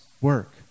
work